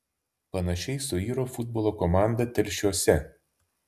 panašiai suiro futbolo komanda telšiuose